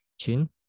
Chin